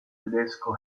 tedesco